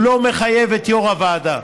לא מחייב את יו"ר הוועדה.